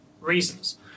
reasons